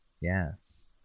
Yes